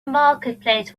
marketplace